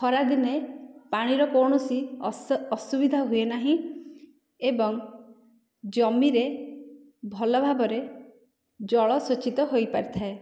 ଖରା ଦିନେ ପାଣିର କୌଣସି ଅସୁବିଧା ହୁଏ ନାହିଁ ଏବଂ ଜମିରେ ଭଲ ଭାବରେ ଜଳ ସେଚିତ ହୋଇପାରିଥାଏ